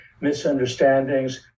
misunderstandings